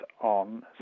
on